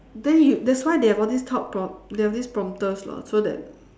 then you that's why they these talk prom~ they have these prompters lah so that